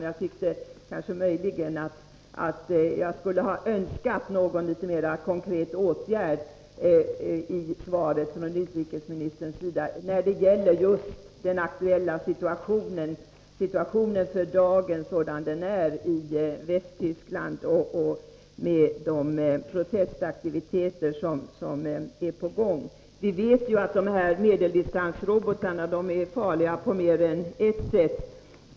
Jag skulle kanske ha Önskat någon litet mera konkret åtgärd i utrikesministerns svar när det gäller just den aktuella situationen i Västtyskland, med de protestaktiviteter som är på gång. Vi vet att medeldistansrobotarna är farliga på mer än ett sätt.